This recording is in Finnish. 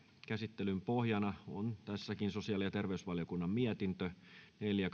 käsittelyn pohjana on sosiaali ja terveysvaliokunnan mietintö neljä